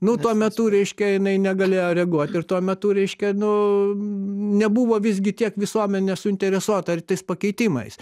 nu tuo metu reiškia jinai negalėjo reaguoti ir tuo metu reiškia nu nebuvo visgi tiek visuomenė suinteresuota ir tais pakeitimais